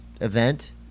event